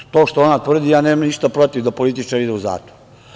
Ako je istina to što ona tvrdi, ja nemam ništa protiv da političar ide u zatvor.